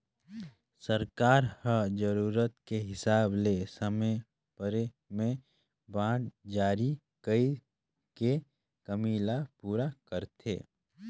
सरकार ह जरूरत के हिसाब ले समे परे में बांड जारी कइर के कमी ल पूरा करथे